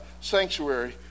sanctuary